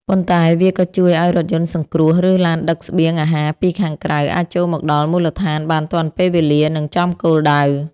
ប៉ុន្តែវាក៏ជួយឱ្យរថយន្តសង្គ្រោះ ឬឡានដឹកស្បៀងអាហារពីខាងក្រៅ អាចចូលមកដល់មូលដ្ឋានបានទាន់ពេលវេលា និងចំគោលដៅ។